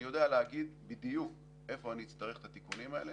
אני יודע להגיד בדיוק איפה אני אצטרך את התיקונים האלה,